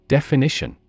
Definition